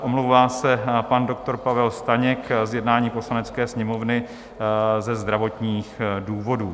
Omlouvá se pan doktor Pavel Staněk z jednání Poslanecké sněmovny ze zdravotních důvodů.